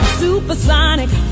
supersonic